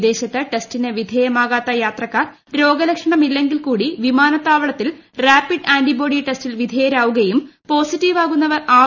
വിദേശത്ത് ടെസ്റ്റിന് വിധേയമാകാത്ത യാത്രക്കാർ രോഗലക്ഷണമില്ലെങ്കിൽ കൂടി വിമാനത്താവളത്തിൽ റാപ്പിഡ് ആന്റിബോഡി ടെസ്റ്റിൽ വിധേയരാകുകയും പോസിറ്റീവ് ആകുന്നവർ ആർ